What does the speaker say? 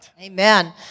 Amen